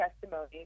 testimony